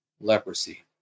leprosy